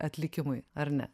atlikimui ar ne